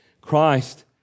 Christ